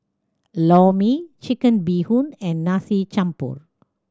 Lor Mee Chicken Bee Hoon and Nasi Campur